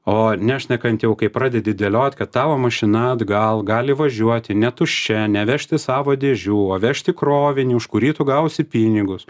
o nešnekant jau kai pradedi dėliot kad tavo mašina atgal gali važiuoti ne tuščia nevežti savo dėžių o vežti krovinį už kurį tu gausi pinigus